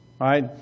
right